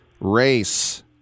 race